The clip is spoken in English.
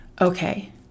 okay